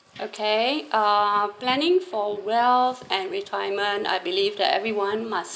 okay uh planning for wealth and retirement I believe that everyone must